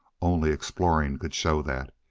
only exploring could show that.